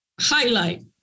Highlight